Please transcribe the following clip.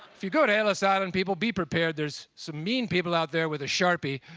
if you go to ellis island, people, be prepared there's some mean people out there with a sharpie